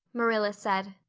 marilla said.